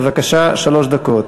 בבקשה, שלוש דקות.